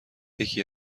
یکی